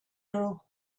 girl